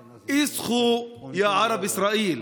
אצחוה, יא ערב ישראל.